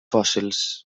fòssils